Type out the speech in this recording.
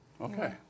Okay